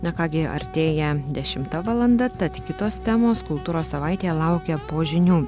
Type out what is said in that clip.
na ką gi artėja dešimta valanda tad kitos temos kultūros savaitėje laukia po žinių